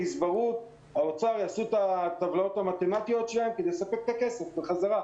הגזברות והאוצר יעשו את הטבלאות המתמטיות שלהם כדי לספק את הכסף חזרה.